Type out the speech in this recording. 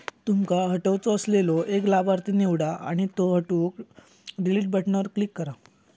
तुमका हटवायचो असलेलो एक लाभार्थी निवडा आणि त्यो हटवूक डिलीट बटणावर क्लिक करा